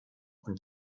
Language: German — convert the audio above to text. und